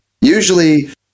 usually